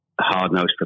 hard-nosed